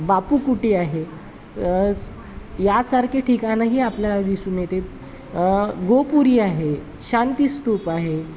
बापूकुटी आहे यासारखे ठिकाणंही आपल्या दिसून येते गोपुरी आहे शांतीस्तूप आहे